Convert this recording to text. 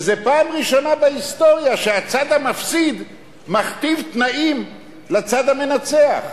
וזו פעם ראשונה בהיסטוריה שהצד המפסיד מכתיב תנאים לצד המנצח.